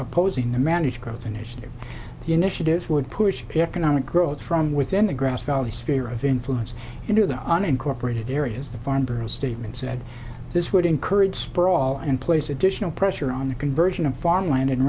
opposing the managed growth initiative initiatives would push economic growth from within the grass valley sphere of influence into the unincorporated areas the farnborough statement said this would encourage sprawl and place additional pressure on the conversion of farmland and